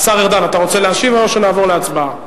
השר ארדן, אתה רוצה להשיב או שנעבור להצבעה?